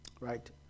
Right